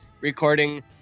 recording